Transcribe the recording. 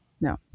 No